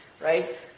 right